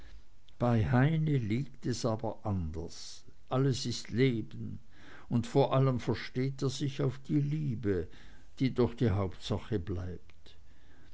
bei heine liegt es aber anders alles ist leben und vor allem versteht er sich auf die liebe die doch die hauptsache bleibt